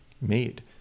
made